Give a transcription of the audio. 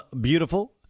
beautiful